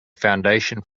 foundation